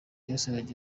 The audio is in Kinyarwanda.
joseph